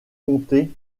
comté